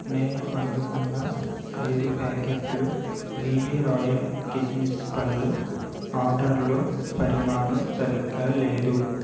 నేను అందుకున్న ఐదు ప్యాకెట్లు బీబీ రాయల్ కిస్మిస్ పళ్ళు ఆర్డర్లో పరిమాణం సరిగ్గా లేదు